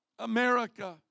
America